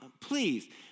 please